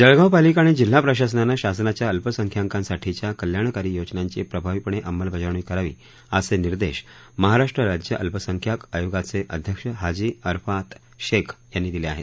जळगाव पालिका आणि जिल्हा प्रशासनानं शासनाच्या अल्पसंख्यकांसाठीच्या कल्याणकारी योजनांची प्रभावीपणे अंमलबजावणी करावी असे निर्देश महाराष्ट्र राज्य अल्पसंख्यक आयोगाचे अध्यक्ष हाजी अरफात शेख यांनी दिले आहेत